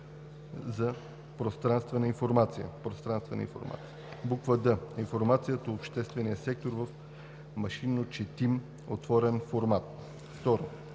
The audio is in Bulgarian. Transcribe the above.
за пространствена информация; д) информацията от обществения сектор в машинночетим отворен формат; 2.